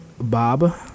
Bob